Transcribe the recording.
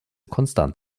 konstant